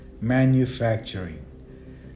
manufacturing